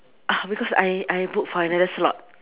because I I book for another slot